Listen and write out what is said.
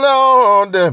Lord